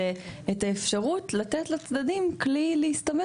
זה את האפשרות לתת לצדדים כלי להסתמך